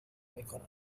میکنند